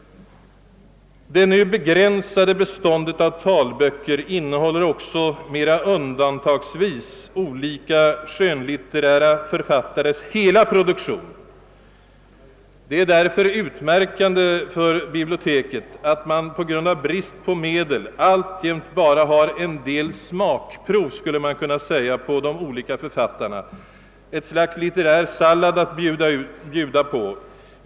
Det nu ganska begränsade beståndet av talböcker innehåller vidare bara mer undantagsvis olika skönlitterära författares hela produktion. Det är därför utmärkande för biblioteket att man på grund av brist på medel alltjämt bara har en del »smakprov» på de olika författarna, ett slags litterär »sallad» och inte litterär »föda» i tillfredsställande urval att bjuda på.